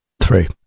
three